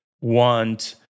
want